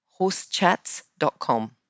Horsechats.com